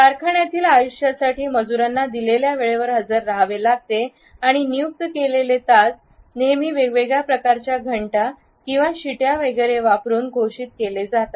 कारखान्यातील आयुष्यासाठी मजुरांना दिलेल्या वेळेवर हजर रहावे लागते आणि नियुक्त केलेले तास नेहमी वेगवेगळ्या प्रकारच्या घंटा किंवा शिट्ट्या वगैरे वापरुन घोषित केले जात